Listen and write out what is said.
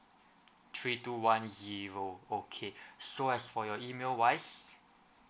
three two one zero okay so as for your email wise